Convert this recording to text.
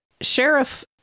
Sheriff